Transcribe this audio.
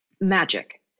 magic